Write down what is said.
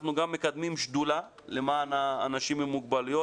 אנחנו גם מקדמים שדולה למען אנשים עם מוגבלות,